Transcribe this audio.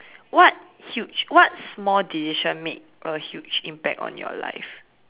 what huge what small decision made a huge impact on your life